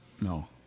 no